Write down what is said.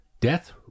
death